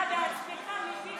תשיב בשם